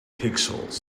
pixels